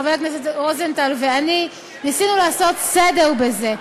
חבר הכנסת רוזנטל ואני ניסינו לעשות סדר בזה,